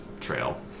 trail